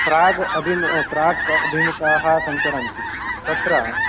प्राग् अभि प्राक् अभिमुखाः सञ्चरन्ति तत्र